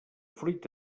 fruit